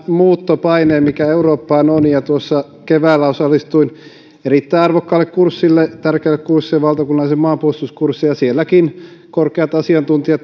muuttopaineen mikä eurooppaan on tuossa keväällä osallistuin erittäin arvokkaalle kurssille tärkeälle kurssille valtakunnalliselle maanpuolustuskurssille ja sielläkin korkeat